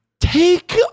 Take